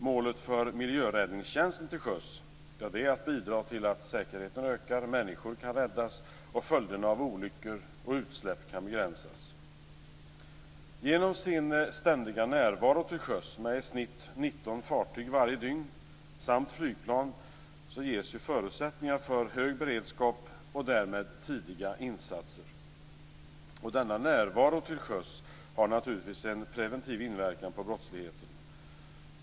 Målet för miljöräddningstjänsten till sjöss är att bidra till att säkerheten ökar, människor kan räddas och följderna av olyckor och utsläpp kan begränsas. Genom sin ständiga närvaro till sjöss med i snitt 19 fartyg varje dygn samt flygplan ges förutsättningar för hög beredskap och därmed tidiga insatser. Denna närvaro till sjöss har naturligtvis en preventiv inverkan på brottsligheten.